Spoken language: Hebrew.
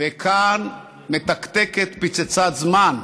וכאן מתקתקת פצצת זמן,